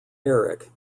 eric